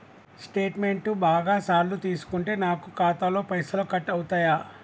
Statement బాగా సార్లు తీసుకుంటే నాకు ఖాతాలో పైసలు కట్ అవుతయా?